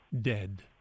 dead